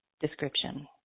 description